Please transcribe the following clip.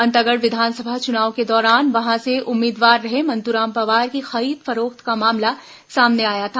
अंतागढ़ विधानसभा चुनाव के दौरान वहां से उम्मीदवार रहे मंत्राम पवार की खरीद फरोख्त का मामला सामने आया था